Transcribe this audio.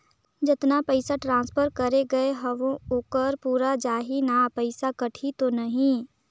जतना पइसा ट्रांसफर करे गये हवे ओकर पूरा जाही न पइसा कटही तो नहीं?